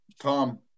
Tom